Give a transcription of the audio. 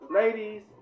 ladies